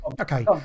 Okay